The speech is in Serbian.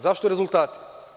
Zašto rezultati?